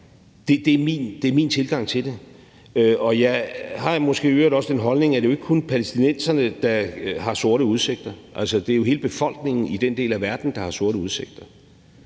Det er min tilgang til det. Jeg har måske i øvrigt også den holdning, at det jo ikke kun er palæstinenserne, der har sorte udsigter. Altså, det er jo hele befolkningen i den del af verden, der har sorte udsigter,